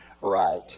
Right